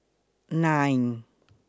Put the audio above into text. nine